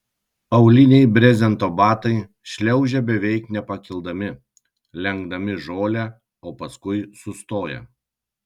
auliniai brezento batai šliaužia beveik nepakildami lenkdami žolę o paskui sustoja